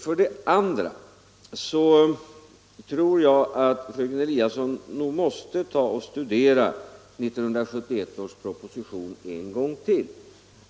För det andra tror jag att fröken Eliasson nog måste ta och studera 1971 års proposition en gång till.